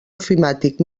ofimàtic